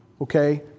okay